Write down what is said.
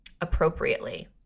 appropriately